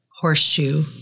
Horseshoe